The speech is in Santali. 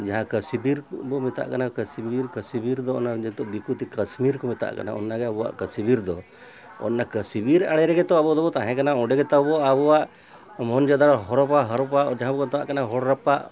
ᱡᱟᱦᱟᱸ ᱠᱟᱹᱥᱤᱵᱤᱨ ᱵᱚᱱ ᱢᱮᱛᱟᱜ ᱠᱟᱱᱟ ᱠᱟᱹᱥᱤᱵᱤᱨ ᱠᱟᱹᱥᱤᱵᱤᱨ ᱫᱚ ᱚᱱᱟ ᱱᱤᱛᱳᱜ ᱫᱚ ᱫᱤᱠᱩᱛᱮ ᱠᱟᱹᱥᱢᱤᱨ ᱠᱚ ᱢᱮᱛᱟᱜ ᱠᱟᱱᱟ ᱚᱱᱟᱜᱮ ᱟᱵᱚᱣᱟᱜ ᱠᱟᱹᱥᱤᱵᱤᱨ ᱫᱚ ᱚᱱᱟ ᱠᱟᱹᱥᱤᱵᱤᱨ ᱟᱲᱮ ᱨᱮᱜᱮ ᱛᱚ ᱟᱵᱚ ᱫᱚᱵᱚᱱ ᱛᱟᱦᱮᱸ ᱠᱟᱱᱟ ᱚᱸᱰᱮ ᱜᱮᱛᱚ ᱟᱵᱚ ᱟᱵᱚᱣᱟᱜ ᱢᱚᱦᱮᱱᱡᱳ ᱫᱟᱲᱳ ᱦᱚᱨᱚᱯᱟ ᱦᱚᱨᱚᱯᱟ ᱡᱟᱦᱟᱸ ᱵᱚᱱ ᱢᱮᱛᱟᱜ ᱠᱟᱱᱟ ᱦᱚᱲ ᱨᱟᱯᱟᱜ